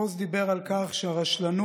הפוסט דיבר על כך שהרשלנות,